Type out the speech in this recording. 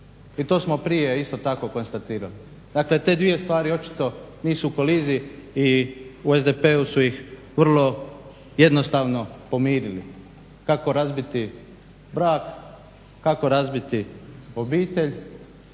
i to smo prije isto tako konstatirali. Dakle te dvije stvari očito nisu u koliziji i u SDP-u su ih vrlo jednostavno pomirili, kako razbiti brak, kako razbiti obitelj,